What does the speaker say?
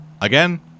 again